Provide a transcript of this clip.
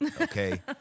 okay